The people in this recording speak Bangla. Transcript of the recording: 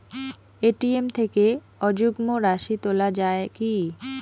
এ.টি.এম থেকে অযুগ্ম রাশি তোলা য়ায় কি?